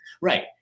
Right